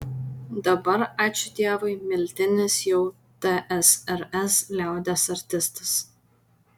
dabar ačiū dievui miltinis jau tsrs liaudies artistas